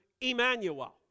Emmanuel